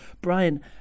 Brian